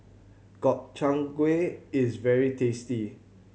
Gobchang Gui is very tasty